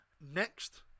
Next